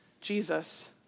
Jesus